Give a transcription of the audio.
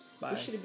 Bye